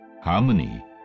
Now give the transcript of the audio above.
harmony